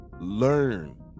learn